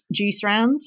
Juiceround